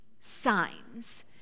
signs